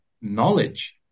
knowledge